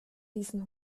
diesen